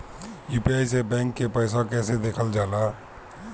UPI से bank के पैसा कैसे देखल जाला?